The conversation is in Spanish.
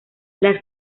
las